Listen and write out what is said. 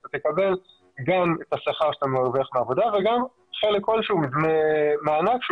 אתה תקבל גם את השכר שאתה מרוויח מעבודה וגם חלק כלשהו מענק שהוא